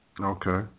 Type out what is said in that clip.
Okay